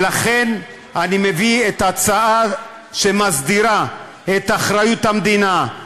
לכן אני מביא את ההצעה שמסדירה את אחריות המדינה,